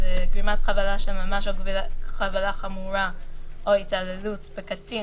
לגרימת חבלה של ממש או חבלה חמורה או התעללות בקטין